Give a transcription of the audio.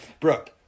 Brooke